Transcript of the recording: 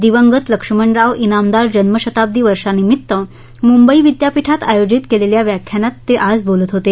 दिवंगत लक्ष्मणराव इनामदार जन्मशताब्दी वर्षानिमित्त मुंबई विद्यापीठात आयोजित केलेल्या व्याख्यानात ते आज बोलत होते